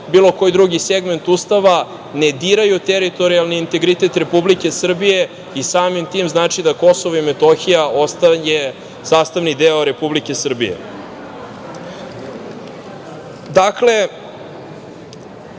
bilo koji drugi segment Ustava, ne diraju teritorijalni integritet Republike Srbije i samim tim, znači da Kosovo i Metohiju ostaje sastavni deo Republike Srbije. Dakle,